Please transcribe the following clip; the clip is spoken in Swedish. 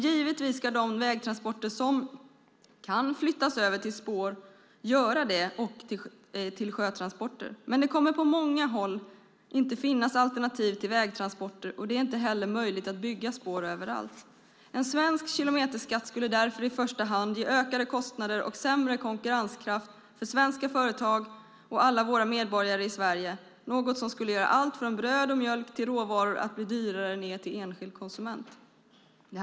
Givetvis ska man flytta de vägtransporter som kan flyttas över till spår och sjötransporter. Men det kommer på många håll inte att finnas alternativ till vägtransporter, och det är inte heller möjligt att bygga spår överallt. En svensk kilometerskatt skulle därför i första hand ge ökade kostnader och sämre konkurrenskraft för svenska företag och alla våra medborgare i Sverige, något som skulle göra att allt från bröd och mjölk till råvaror kommer att bli dyrare ned till enskild konsument.